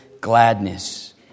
gladness